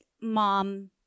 mom